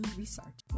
research